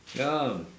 ya